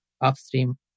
upstream